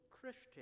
Christian